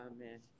Amen